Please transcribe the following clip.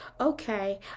okay